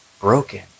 broken